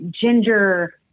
ginger